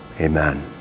amen